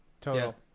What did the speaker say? total